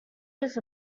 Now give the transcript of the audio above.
just